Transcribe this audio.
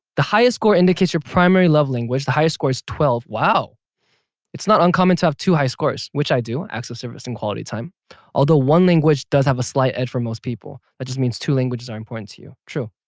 the highest score indicates your primary love language. the highest score is twelve. wow it's not uncommon to have two high scores, which i do. acts of service and quality time although one language does have a slight edge for most people, that just means two languages are important to you. true.